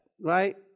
right